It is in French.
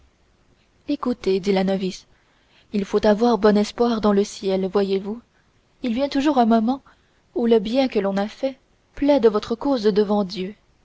écoutez dit la novice il faut avoir bon espoir dans le ciel voyez-vous il vient toujours un moment où le bien que l'on a fait plaide votre cause devant dieu